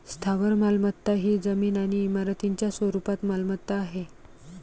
स्थावर मालमत्ता ही जमीन आणि इमारतींच्या स्वरूपात मालमत्ता आहे